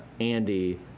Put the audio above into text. Andy